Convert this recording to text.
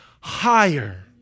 higher